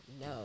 No